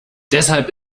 deshalb